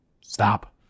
Stop